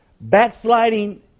Backsliding